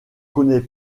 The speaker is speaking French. connaît